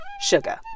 Sugar